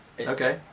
Okay